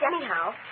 anyhow